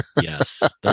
yes